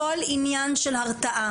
הכל עניין של הרתעה.